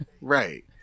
Right